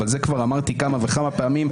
אבל זה כבר אמרתי כמה וכמה פעמים,